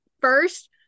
first